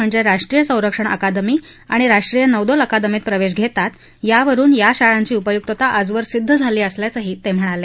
म्हणजे राष्ट्रीय संरक्षण अकादमी आणि राष्ट्रीय नौदल अकादमीत प्रवेश घेतात यावरून या शाळांची उपयुक्तता आजवर सिद्ध झाली असल्याचंही ते म्हणाले